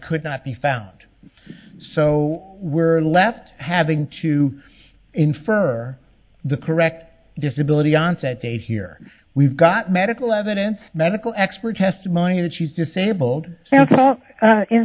could not be found so were left having to infer the correct disability onset date here we've got medical evidence medical expert testimony that she's disabled a